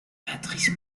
patrice